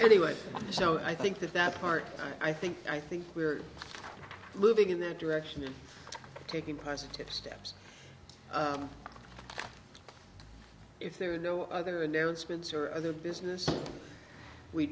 anyway so i think that that part i think i think we're moving in that direction and taking positive steps if there are no other announcements or other business we